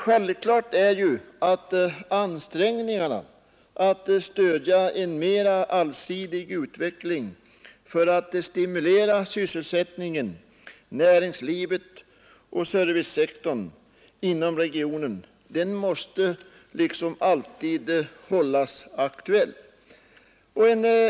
Självklart måste ansträngningarna att stödja en mera allsidig utveckling för att stimulera sysselsättningen, näringslivet och servicesektorn inom regionen alltid hållas aktuella även från statsmakternas sida.